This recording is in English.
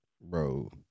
Bro